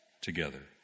together